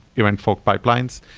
even forked pipelines,